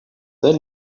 then